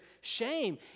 shame